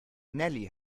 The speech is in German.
nelly